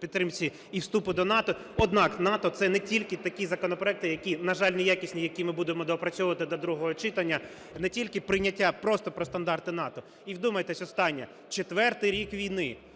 підтримці і вступу до НАТО. Однак НАТО – це не тільки такі законопроекти, які, на жаль, неякісні, які ми будемо доопрацьовувати до другого читання, не тільки прийняття просто про стандарти НАТО. І вдумайтесь, останнє: четвертий рік війни